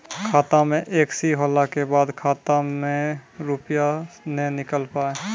खाता मे एकशी होला के बाद खाता से रुपिया ने निकल पाए?